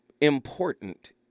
important